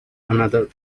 another